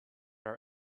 our